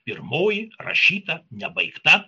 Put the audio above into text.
pirmoji rašyta nebaigta